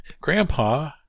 Grandpa